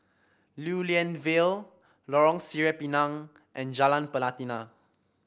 Lew Lian Vale Lorong Sireh Pinang and Jalan Pelatina